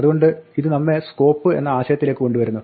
അതുകൊണ്ട് ഇത് നമ്മെ സ്കോപ്പ് എന്ന ആശയത്തിലേക്ക് കൊണ്ടുവരുന്നു